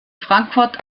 frankfurt